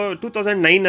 2009